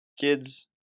kids